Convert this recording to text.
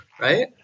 Right